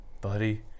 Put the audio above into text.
buddy